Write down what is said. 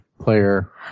player